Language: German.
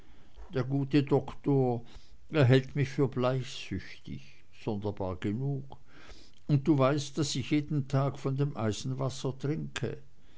der gute doktor er hält mich für bleichsüchtig sonderbar genug und du weißt daß ich jeden tag von dem eisenwasser trinke